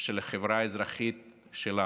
של החברה האזרחית שלנו.